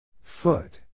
Foot